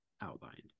outlined